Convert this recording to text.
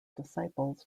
disciples